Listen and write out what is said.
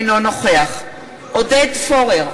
אינו נוכח עודד פורר,